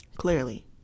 Clearly